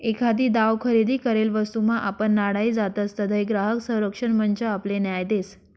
एखादी दाव खरेदी करेल वस्तूमा आपण नाडाई जातसं तधय ग्राहक संरक्षण मंच आपले न्याय देस